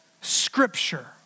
scripture